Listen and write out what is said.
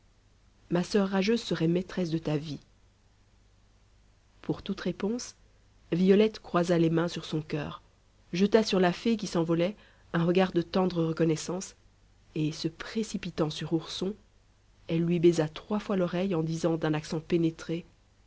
ma soeur rageuse serait maîtresse de ta vie pour toute réponse violette croisa les mains sur son coeur jeta sur la fée qui s'envolait un regard de tendre reconnaissance et se précipitant sur ourson elle lui baisa trois fois l'oreille en disant d'un accent pénétré